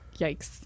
Yikes